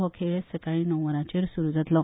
हो खेळ सकाळी णव वरांचेर सुरू जातलो